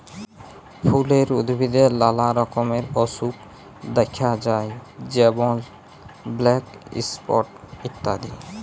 ফুলের উদ্ভিদে লালা রকমের অসুখ দ্যাখা যায় যেমল ব্ল্যাক স্পট ইত্যাদি